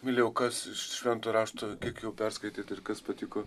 emilija o kas švento rašto kiek jau perskaitėt ir kas patiko